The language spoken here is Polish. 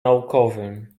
naukowym